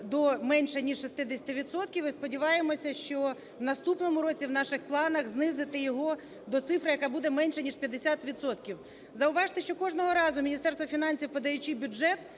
до менше ніж 60 відсотків і, сподіваємося, що у наступному році в наших планах знизити його до цифри, яка буде менше ніж 50 відсотків. Зауважте, що кожного разу Міністерство фінансів, подаючи бюджет,